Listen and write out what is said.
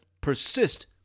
persist